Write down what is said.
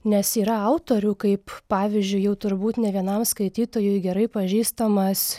nes yra autorių kaip pavyzdžiui jau turbūt ne vienam skaitytojui gerai pažįstamas